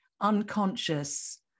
unconscious